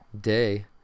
day